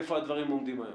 איפה הדברים עומדים היום?